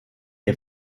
ihr